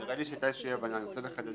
נראה לי שהיתה איזושהי אי הבנה ואני רוצה לחדד.